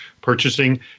purchasing